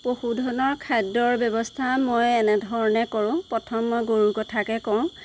পশুধনৰ খাদ্যৰ ব্যৱস্থা মই এনেধৰণে কৰো প্ৰথম মই গৰু কথাকে কওঁ